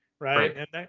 right